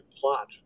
plot